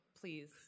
please